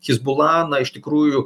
hezbollah na iš tikrųjų